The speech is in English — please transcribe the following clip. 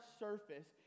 surface